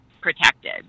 protected